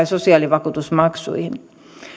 sosiaalivakuutusmaksuihin